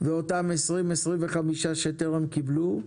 ואותם 20, 25 שטרם קיבלו,